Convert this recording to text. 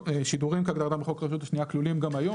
שידורים כהגדרתם בחוק הרשות השנייה כלולים גם היום,